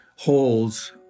holes